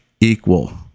equal